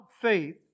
faith